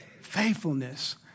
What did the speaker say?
Faithfulness